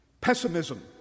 pessimism